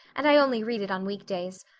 and i only read it on weekdays.